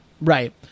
Right